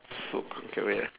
okay wait